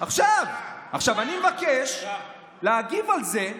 עכשיו, אני מבקש להגיב על זה,